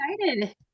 excited